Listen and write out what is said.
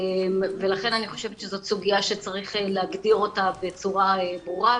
ולכן אני חושבת שזאת סוגיה שצריך להגדיר אותה בצורה ברורה,